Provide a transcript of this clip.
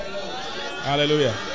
Hallelujah